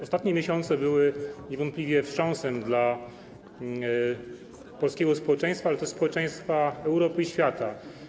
Ostatnie miesiące były niewątpliwie wstrząsem dla polskiego społeczeństwa, ale też społeczeństwa Europy i świata.